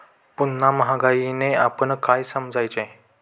पुन्हा महागाईने आपण काय समजायचे?